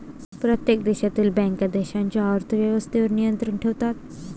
प्रत्येक देशातील बँका देशाच्या अर्थ व्यवस्थेवर नियंत्रण ठेवतात